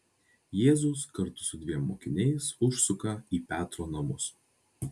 jėzus kartu su dviem mokiniais užsuka į petro namus